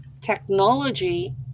technology